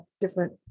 different